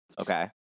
Okay